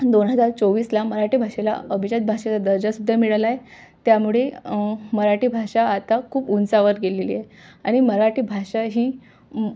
दोन हजार चोवीसला मराठी भाषेला अभिजात भाषेचा दर्जासुद्धा मिळाला आहे त्यामुळे मराठी भाषा आता खूप उंचावर गेलेली आहे आ आणि मराठी भाषा ही